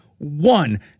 One